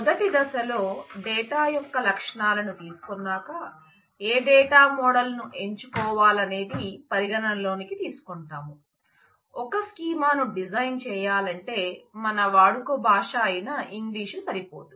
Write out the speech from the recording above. మొదటి దశలో డేటా యొక్క లక్షణాలను తీసుకున్నాక ఏ డాటా మోడల్ను ను డిజైన్ చేయాలంటే మన వాడుక భాష ఐన ఇంగ్లీష్ సరిపోదు